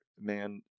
man